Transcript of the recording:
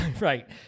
Right